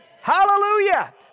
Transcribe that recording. Hallelujah